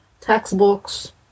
textbooks